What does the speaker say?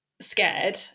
scared